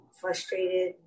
frustrated